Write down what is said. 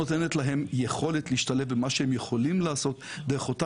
אין לנו יותר מידי מה לעשות בחודש וחצי.